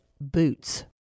boots